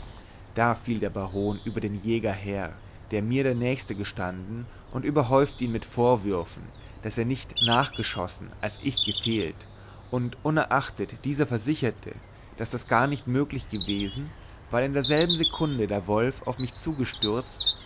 da fiel der baron über den jäger her der mir der nächste gestanden und überhäufte ihn mit vorwürfen daß er nicht nachgeschossen als ich gefehlt und unerachtet dieser versicherte daß das gar nicht möglich gewesen weil in derselben sekunde der wolf auf mich zugestürzt